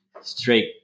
straight